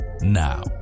now